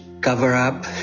cover-up